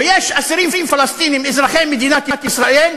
ויש אסירים פלסטינים אזרחי מדינת ישראל,